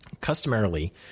customarily